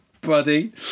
Buddy